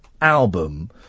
album